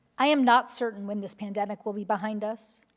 i am not certain when this pandemic will be behind us,